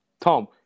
Tom